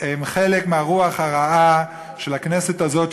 הם חלק מהרוח הרעה של הכנסת הזאת,